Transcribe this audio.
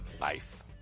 life